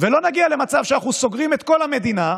ולא נגיע למצב שאנחנו סוגרים את כל המדינה,